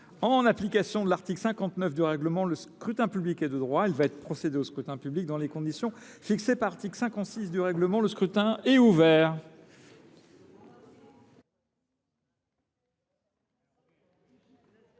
En application de l’article 59 du règlement, le scrutin public ordinaire est de droit. Il va y être procédé dans les conditions fixées par l’article 56 du règlement. Le scrutin est ouvert.